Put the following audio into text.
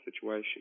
situation